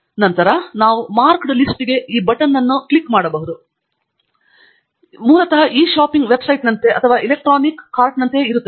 ತದನಂತರ ನಂತರ ನಾವು ಮಾರ್ಕ್ಡ್ ಲಿಸ್ಟ್ಗೆ ಈ ಬಟನ್ ಅನ್ನು ಕ್ಲಿಕ್ ಮಾಡಬಹುದು ಇದು ಮೂಲತಃ ಇ ಶಾಪಿಂಗ್ ವೆಬ್ಸೈಟ್ನಂತೆ ಅಥವಾ ಎಲೆಕ್ಟ್ರಾನಿಕ್ ಕಾರ್ಟ್ನಂತೆಯೇ ಇದೆ